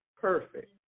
Perfect